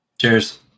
Cheers